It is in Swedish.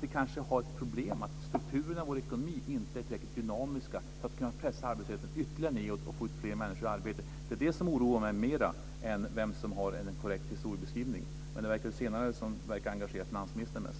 Vi kanske har ett problem med att strukturerna i vår ekonomi inte är tillräckligt dynamiska för att kunna pressa arbetslösheten ytterligare nedåt och få ut fler människor i arbete. Det är det som oroar mig mera än vem som har en korrekt historiebeskrivning, men det verkar vara det senare som engagerar finansministern mest.